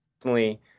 personally